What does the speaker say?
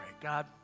God